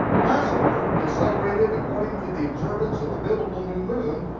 passover is celebrated according to the observance of the biblical new moon,